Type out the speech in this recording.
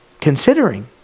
considering